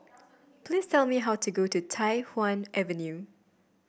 please tell me how to go to Tai Hwan Avenue